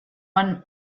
one